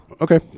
Okay